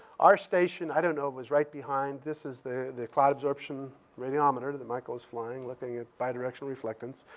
our station, i don't know, was right behind. this is the the cloud absorption radiometer that michael was flying, looking at bidirectional reflectance.